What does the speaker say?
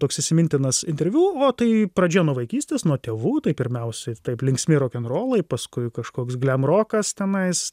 toks įsimintinas interviu vo tai pradžia nuo vaikystės nuo tėvų tai pirmiausiai taip linksmi rokenrolai paskui kažkoks glemrokas tenais